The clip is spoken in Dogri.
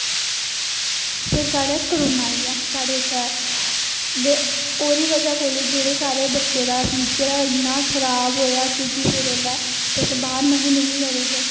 फिर साढ़े करोना आई गेआ साढ़े इत्थे दे ओहदी बजह कन्नै जेहडे़ साढ़े बच्चे दा फिउचर ऐ ओह् इन्ना खराब़ होआ क्योकि फिर उसले तुस बाहर नेई है निकली सकदे है